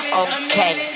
okay